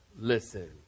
listen